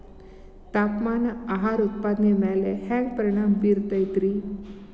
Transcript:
ತಾಪಮಾನ ಆಹಾರ ಉತ್ಪಾದನೆಯ ಮ್ಯಾಲೆ ಹ್ಯಾಂಗ ಪರಿಣಾಮ ಬೇರುತೈತ ರೇ?